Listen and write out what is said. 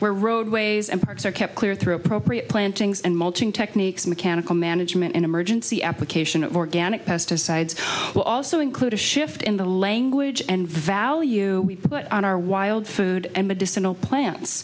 where roadways and parks are kept clear through appropriate plantings and mulching techniques mechanical management and emergency application of organic pesticides will also include a shift in the language and value we put on our wild food